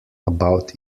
about